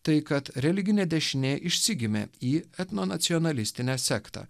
tai kad religinė dešinė išsigimė į etnonacionalistinę sektą